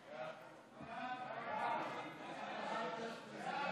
ההצעה להעביר את הצעת חוק לתיקון סדרי